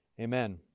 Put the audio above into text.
Amen